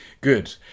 Good